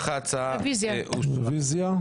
רוויזיה.